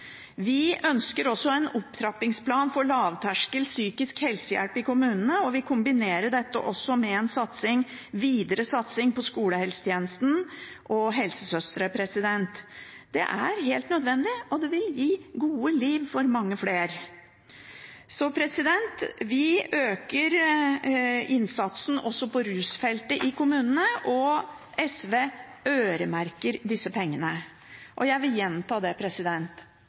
Vi ønsker også en opptrappingsplan for lavterskel psykisk helsehjelp i kommunene, og vi kombinerer dette med en videre satsing på skolehelsetjenesten og helsesøstre. Det er helt nødvendig, og det vil gi gode liv for mange flere. Vi øker innsatsen også på rusfeltet i kommunene, og SV øremerker disse pengene. Jeg vil gjenta at SV ikke gjør dette fordi vi ikke stoler på kommunene. Vi gjør det